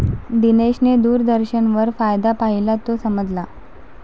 दिनेशने दूरदर्शनवर फायदा पाहिला, तो समजला